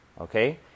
okay